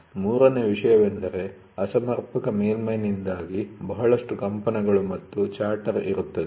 ಮೂರನೆಯ ವಿಷಯವೆಂದರೆ ಅಸಮರ್ಪಕ ಮೇಲ್ಮೈ'ನಿಂದಾಗಿ ಬಹಳಷ್ಟು ಕಂಪನಗಳು ಮತ್ತು ಚಾಟರ್ ಇರುತ್ತದೆ